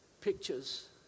pictures